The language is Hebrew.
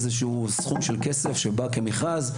איזשהו סכום של כסף שבא כמכרז,